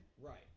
Right